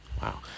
wow